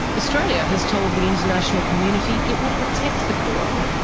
australia has told the international community it will protect the coorong,